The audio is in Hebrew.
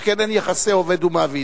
שכן אין יחסי עובד ומעביד.